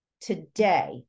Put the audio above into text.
today